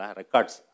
records